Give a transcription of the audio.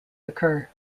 occur